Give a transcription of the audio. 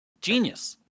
genius